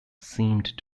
seemed